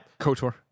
kotor